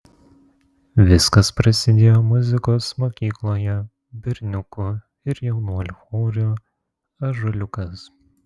viskas prasidėjo muzikos mokykloje berniukų ir jaunuolių chore ąžuoliukas